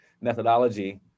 methodology